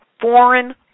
foreign